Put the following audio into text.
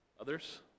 Others